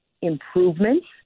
improvements